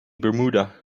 bermuda